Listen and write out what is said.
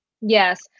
Yes